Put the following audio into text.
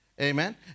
Amen